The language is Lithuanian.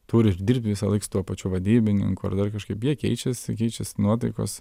turi išdirbt visąlaik su tuo pačiu vadybininku ar dar kažkaip jie keičiasi keičiasi nuotaikos